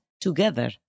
together